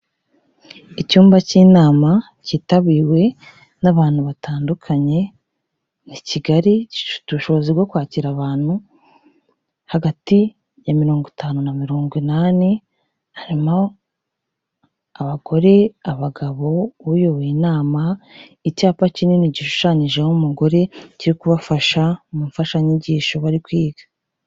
Icyumba cy'inama cyitabiwe n'abantu batandukanye, ni kigari gifite ubushobozi bwo kwakira abantu hagati ya mirongo itanu na mirongo inani, harimo abagore, abagabo uyoboye inama, icyapa kinini gishushanyijeho umugore kiri kubafasha mu mfashanyigisho bari kwiga.